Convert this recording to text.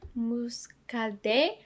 Muscadet